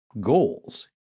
goals